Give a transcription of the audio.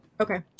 Okay